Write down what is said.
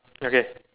okay